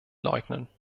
leugnen